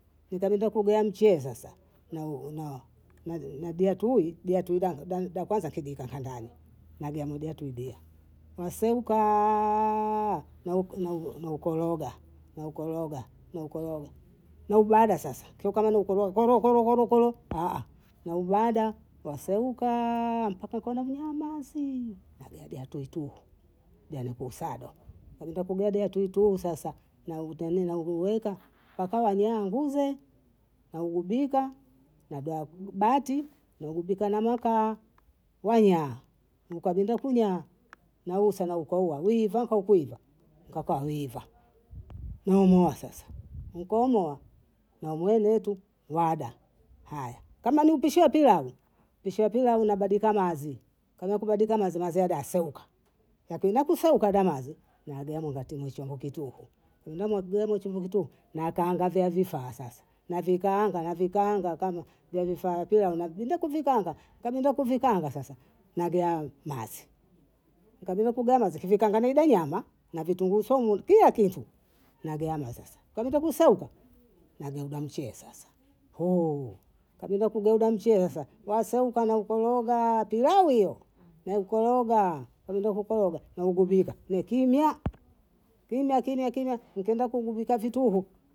. Nika nundakogea mchee sasa, na biatu huyu biatu udanga, bakwanza kidika kandani, nagea mudea tudia, waserukaa, naukoroga naukoroga naukoroga, naubwada sasa kio kama naukoroga koro koro koro naubwada, waserukaa mpaka ukawa unamwia mazii nagagia tuitu, kuja nikusado, kajya na tugagya tuitui sasa nanguruweka akawanyaa nguze, angubika, nagaa bati, nangubika na makaa wanyaa, mkabinda kunyaa na usa na ukaua wiva ko kuiva, kaka wiva, nomoa sasa, nkonoa na mng'ane wetu rada. kama ni upishi wa pilau, pishi wa pilau unabasilika mazi, kama kubadilika mazi nazia daseuka, na pia nakusekwa damazi, nagieamo nate mwishombo kitupu, unonanagiane ni chombo kitupu, nakaanga via vifaa sasa, na vikaanga na vikaanga kama vya vifaa kula na vido kuvikaanga, kamenda kuvipanga sasa, namwambia mazi, nkamwambia napogana zikivika ngamie da nyama, na vitunguu swaumu kia kitu na gharama sasa kamwita kuseukwa, nagida mchee sasa, kama kudoda mchie sasa, lasauka na ukoroga, pilau hiyo, naukoroga nenda kukoroga, naugigida lakimyaa, kimya kimya, nikenda kuvika vituhu